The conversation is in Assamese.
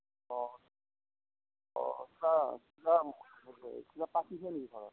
অঁ অঁ কিবা কিবা এই কিবা পাতিছে নেকি ঘৰত